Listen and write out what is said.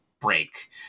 break